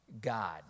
God